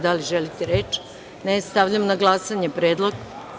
Da li želite reč? (Ne) Stavljam na glasanje predlog.